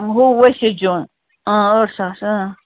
ہُہ ؤسِتھ زیُن ٲٹھ ساس